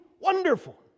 Wonderful